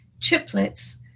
chiplets